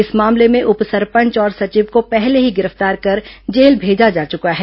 इस मामले में उप सरपंच और सचिव को पहले ही गिरफ्तार कर जेल भेजा जा चुका है